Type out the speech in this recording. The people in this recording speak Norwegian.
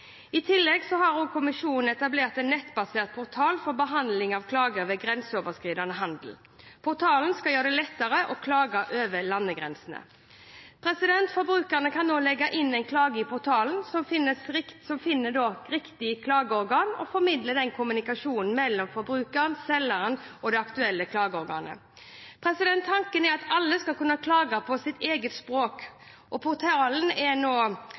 I tillegg har kommisjonen etablert en nettbasert portal for behandling av klager ved grenseoverskridende handel. Portalen skal gjøre det lettere å klage over landegrensene. Forbrukeren kan legge inn en klage i portalen, som finner riktig klageorgan og formidler kommunikasjon mellom forbrukeren, selgeren og det aktuelle klageorganet. Tanken er at alle skal kunne klage på sitt eget språk. Portalen er på alle offisielle EU-språk, og